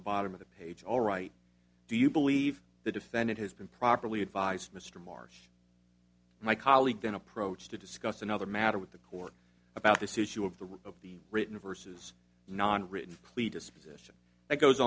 the bottom of the page all right do you believe the defendant has been properly advised mr marsh my colleague then approach to discuss another matter with the court about this issue of the root of the written versus non written cletus position that goes